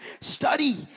study